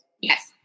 yes